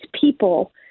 people